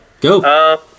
Go